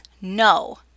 no